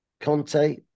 Conte